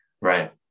Right